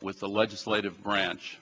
with the legislative branch